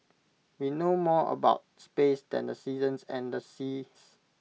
we know more about space than the seasons and the seas